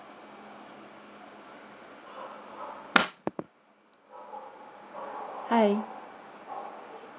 hi